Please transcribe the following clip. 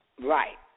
Right